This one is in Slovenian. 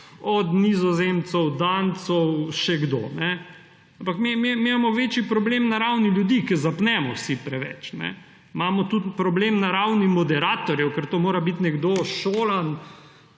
Nizozemci, Danci, še kdo. Ampak mi imamo večji problem na ravni ljudi, ker zapnemo vsi preveč. Imamo tudi problem na ravni moderatorjev, ker to mora biti nekdo šolan,